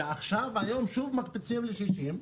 כשעכשיו היום שוב מקפיצים ל-60,000.